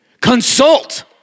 consult